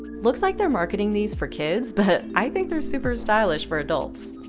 looks like they're marketing these for kids, but i think they're super stylish for adults.